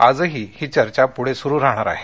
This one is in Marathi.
आजही ही चर्चा पुढे सुरु राहणार आहे